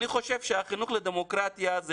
דמוקרטיה זה